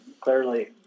clearly